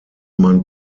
man